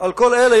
אז מה?